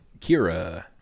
Kira